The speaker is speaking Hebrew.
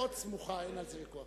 מאוד סמוכה, אין על זה ויכוח.